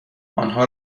آنها